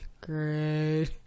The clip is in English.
great